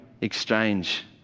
exchange